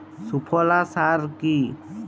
সুফলা সার কি?